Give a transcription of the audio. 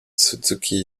suzuki